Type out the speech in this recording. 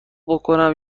بکـنم